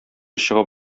чыгып